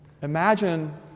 Imagine